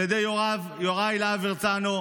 על ידי יוראי להב הרצנו,